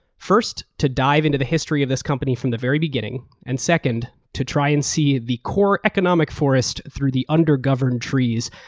first, to dive into the history of this company from the very beginning. and second, to try and see the core economic forest through the under-governed trees,